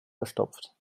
verstopft